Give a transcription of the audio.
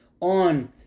on